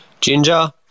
ginger